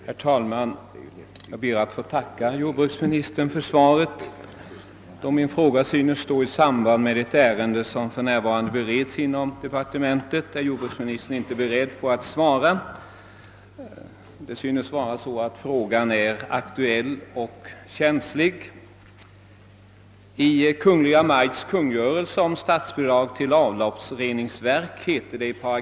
Herr talman! Enligt kungörelsen om statsbidrag till avloppsreningsverk lämnas bidrag av statsmedel för ny-, tilleller ombyggnad av reningsverk, som anlagts av kommun eller som förklarats som allmänt enligt lagen om allmänna vattenoch avloppsanläggningar. För att bidrag skall kunna utgå fordras dessutom att reningsverket uppfyller vissa krav beträffande reningsgraden m.m. samt att det är avsett för minst tio bostadsfastigheter.